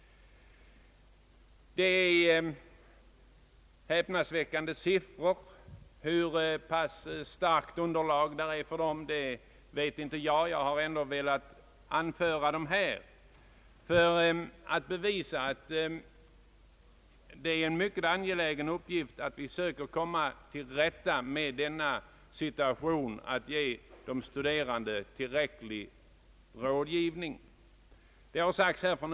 Det är häpnadsväckande siffror, men jag känner givetvis inte till underlaget för dem, Jag har ändå velat anföra dem här för att visa att det är en mycket angelägen uppgift att söka komma till rätta med problemet att ge de studerande tillräcklig rådgivning.